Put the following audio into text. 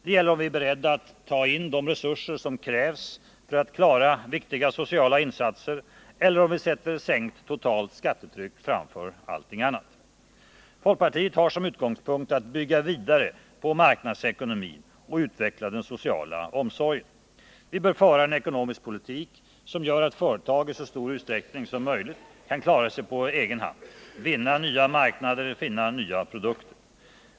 Det gäller om vi är beredda att ta in de resurser som krävs för att klara viktiga sociala insatser eller om vi sätter sänkt totalt skattetryck framför allt annat. Folkpartiet har som utgångspunkt att bygga vidare på marknadsekonomin och att utveckla den sociala omsorgen. Vi bör föra en ekonomisk politik som gör att företag i så stor utsträckning som möjligt kan klara sig på egen hand, vinna nya marknader och finna nya produkter.